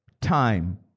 Time